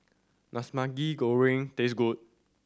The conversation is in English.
does Maggi Goreng taste good